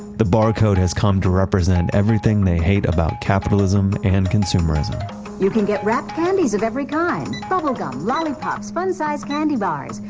the barcode has come to represent everything they hate about capitalism and consumerism you can get wrapped candies of every kind bubblegum, lollipops, fun size candy bars,